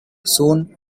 soon